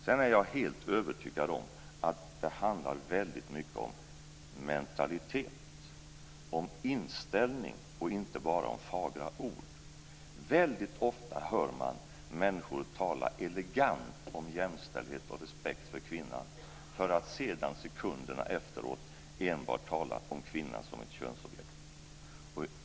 Jag är helt övertygad om att det handlar väldigt mycket om mentalitet, dvs. om inställning, och inte bara om fagra ord. Väldigt ofta hör man människor tala elegant om jämställdhet och respekt för kvinnan för att sedan, sekunderna efteråt, enbart tala om kvinnan som ett könsobjekt.